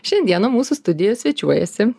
šiandieną mūsų studijoje svečiuojasi